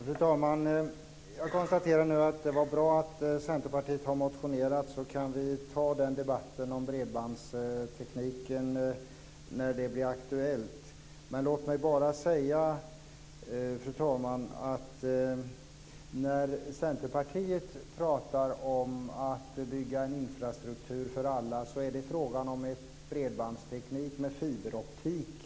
Fru talman! Jag konstaterar att det är bra att Centerpartiet har väckt motioner. Vi kan ta debatten om bredbandstekniken när den frågan blir aktuell. Fru talman! När Centerpartiet pratar om att bygga infrastruktur för alla är det fråga om bredbandsteknik med fiberoptik.